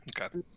Okay